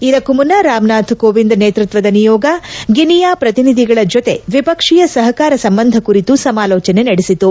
ಇದಕ್ಕೂ ಮುನ್ನ ರಾಮನಾಥ್ ಕೋವಿಂದ್ ನೇತೃತ್ವದ ನಿಯೋಗ ಗಿನಿಯಾ ಪ್ರತಿನಿಧಿಗಳ ಜತೆ ದ್ವಿಪಕ್ಷೀಯ ಸಪಕಾರ ಸಂಬಂಧ ಕುರಿತು ಸಮಾಲೋಚನೆ ನಡೆಸಿತು